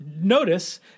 notice